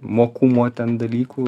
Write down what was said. mokumo ten dalykų